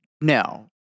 No